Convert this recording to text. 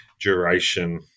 duration